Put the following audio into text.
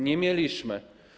Nie mieliśmy.